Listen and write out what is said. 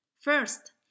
first